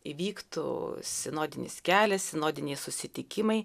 įvyktų sinodinis kelias sinodiniai susitikimai